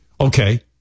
Okay